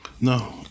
no